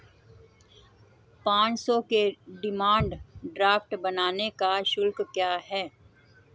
पाँच सौ के डिमांड ड्राफ्ट बनाने का शुल्क क्या है?